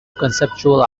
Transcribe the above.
conceptual